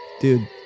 Dude